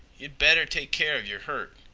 ye'd better take keer of yer hurt.